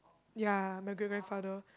ya my great grandfather